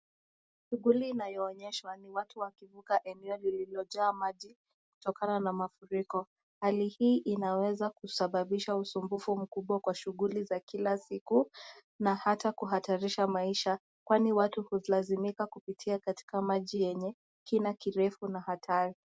Shughuli inayoonyeshwa ni watu wakivuka